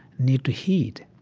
need to heed